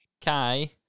Kai